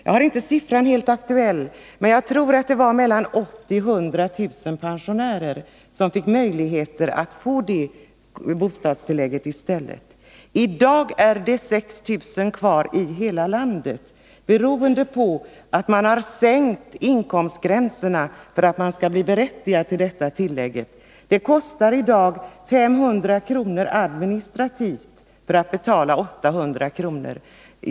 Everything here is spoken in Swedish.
Jag har inte siffran helt aktuell, men jag tror att det var mellan 80 000 och 100 000 pensionärer som fick möjlighet att få det statskommunala bostadstillägget. I dag är det 6 000 kvar i hela landet beroende på att man sänkt inkomstgränserna för detta tillägg. Det kostar i dag 500 kr. i administration för att betala ut 800 kr.